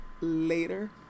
Later